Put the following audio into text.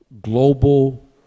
global